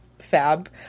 fab